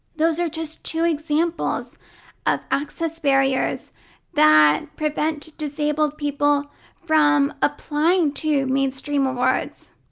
those are just two examples of access barriers that prevent disabled people from applying to mainstream awards.